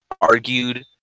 argued